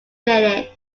village